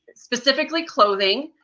specifically clothing.